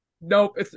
Nope